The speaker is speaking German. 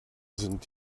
sind